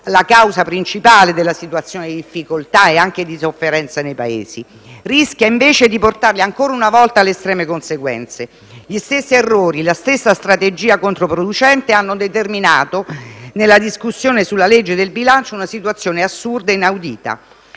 la causa principale della situazione di difficoltà e anche di sofferenza nei vari Paesi, e che rischia di portare ancora una volta alle estreme conseguenze. Gli stessi errori e la stessa strategia controproducente hanno determinato, nella discussione sulla legge di bilancio, una situazione assurda e inaudita.